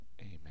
Amen